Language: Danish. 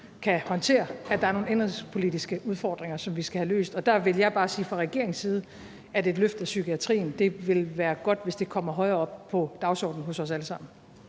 kan håndtere, at der er nogle indenrigspolitiske udfordringer, som vi skal have løst. Og der vil jeg bare sige fra regeringens side, at det ville være godt, hvis et løft af psykiatrien kom højere op på dagsordenen hos os alle sammen.